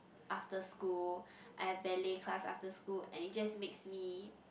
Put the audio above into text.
after school I've ballet class after school and it just makes me